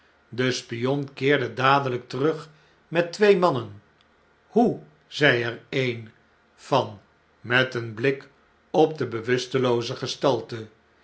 de spion keerde dadelijk terug met twee mannen hoe zei er een van met een blik op de bewustelooze gestalte